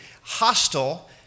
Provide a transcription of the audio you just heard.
hostile